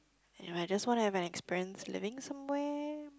if I just want an experience living somewhere